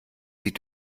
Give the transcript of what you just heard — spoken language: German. sie